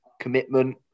commitment